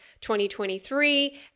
2023